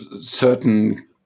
certain